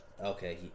Okay